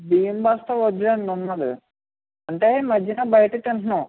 బియ్యం బస్త వద్దులే అండి ఉన్నది అంటే ఈ మద్యన బయటే తింటున్నం